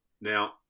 Now